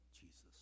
Jesus